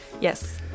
Yes